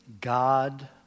god